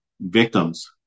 victims